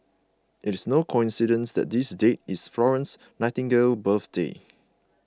it is no coincidence that this date is Florence Nightingale's birthday